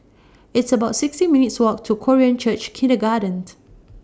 It's about sixteen minutes' Walk to Korean Church Kindergarten